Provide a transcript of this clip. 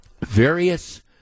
various